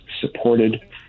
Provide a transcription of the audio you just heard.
supported